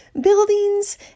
buildings